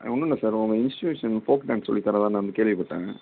ஒன்னுல்லை sir உங்கள் institution folk dance சொல்லி தரதாக நான் கேள்விப்பட்டேன்